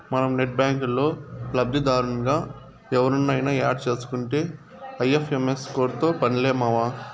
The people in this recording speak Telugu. మనం నెట్ బ్యాంకిల్లో లబ్దిదారునిగా ఎవుర్నయిన యాడ్ సేసుకుంటే ఐ.ఎఫ్.ఎం.ఎస్ కోడ్తో పన్లే మామా